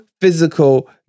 physical